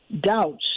doubts